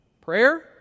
Prayer